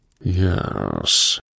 Yes